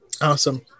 Awesome